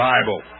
Bible